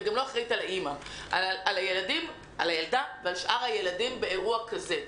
היא גם לא אחראית על האימא אלא על הילדה ועל שאר הילדים באירוע כזה.